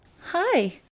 Hi